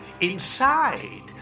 inside